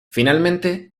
finalmente